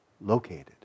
located